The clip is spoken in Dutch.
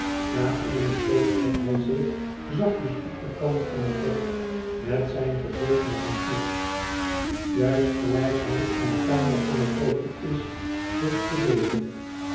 na eene poos zet hij zich zachtjes op den kant van het bed met zijn gezicht naar hem toe juist gelijk hij in de kamer van den kopiist heeft gezeten